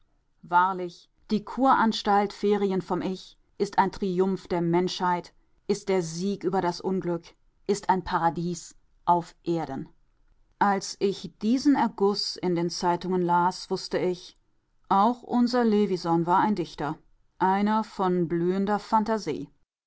wahrlich die kuranstalt ferien vom ich ist ein triumph der menschheit ist der sieg über das unglück ist ein paradies auf erden als ich diesen erguß in den zeitungen las wußte ich auch unser levisohn war ein dichter einer von blühender